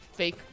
Fake